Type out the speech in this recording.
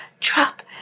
Drop